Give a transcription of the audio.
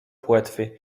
płetwy